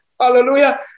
Hallelujah